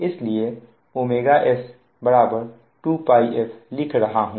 इसलिए s2Πf लिख रहा हूं